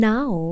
Now